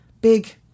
big